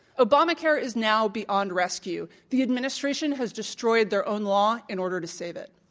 obamacare is now beyond rescue. the administration has destroyed their own law in order to save it.